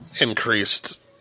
increased